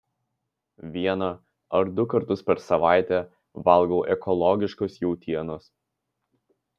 vieną ar du kartus per savaitę valgau ekologiškos jautienos